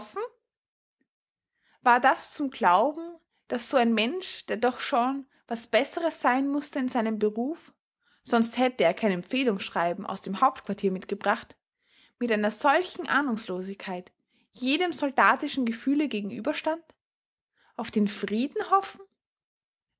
war das zum glauben daß so ein mensch der doch schon was besseres sein mußte in seinem beruf sonst hätte er kein empfehlungsschreiben aus dem hauptquartier mitgebracht mit einer solchen ahnungslosigkeit jedem soldatischen gefühle gegenüberstand auf den frieden hoffen